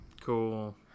Cool